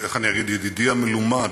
איך אני אגיד, ידידי המלומד,